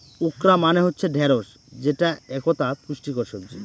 okra মানে হচ্ছে ঢ্যাঁড়স যেটা একতা পুষ্টিকর সবজি